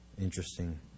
Interesting